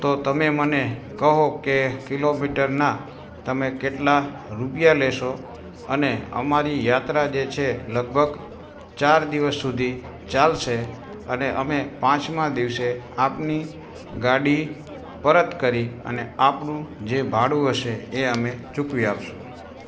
તો તમે મને કહો કે કિલોમીટરના તમે કેટલા રુપિયા લેશો અને અમારી યાત્રા જે છે લગભગ ચાર દિવસ સુધી ચાલશે અને અમે પાંચમા દિવસે આપની ગાડી પરત કરી અને આપનું જે ભાડું હશે એ અમે ચૂકવી આપીશું